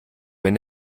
wenn